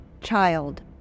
child